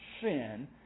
sin